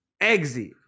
exit